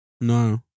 No